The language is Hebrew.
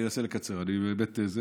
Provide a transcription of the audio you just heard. אני אנסה לקצר, באמת.